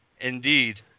Indeed